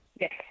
Yes